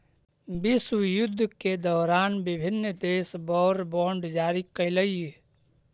विश्वयुद्ध के दौरान विभिन्न देश वॉर बॉन्ड जारी कैलइ